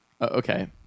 Okay